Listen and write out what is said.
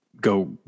go